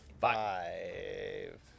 five